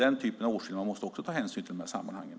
Detta måste man också ta hänsyn till i de här sammanhangen.